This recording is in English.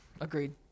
Agreed